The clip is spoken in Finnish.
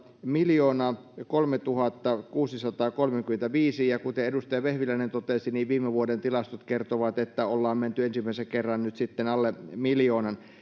miljoonakolmetuhattakuusisataakolmekymmentäviisi ja kuten edustaja vehviläinen totesi viime vuoden tilastot kertovat että ollaan menty ensimmäisen kerran nyt alle miljoonan